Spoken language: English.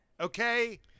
okay